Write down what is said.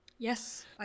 Yes